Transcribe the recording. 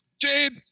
Jade